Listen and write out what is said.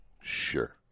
sure